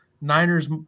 Niners